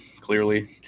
clearly